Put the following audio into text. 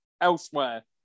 elsewhere